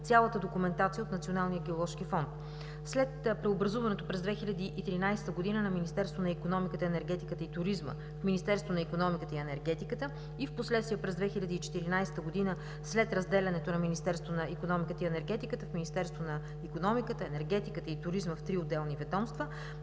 цялата документация от Националния геоложки фонд. След преобразуването през 2013 г. на Министерството на икономиката, енергетика и туризма в Министерство на икономиката и енергетиката и впоследствие през 2014 г. след разделянето на Министерството на икономиката и енергетиката в Министерство на икономиката, енергетиката и туризма в три отделни ведомства,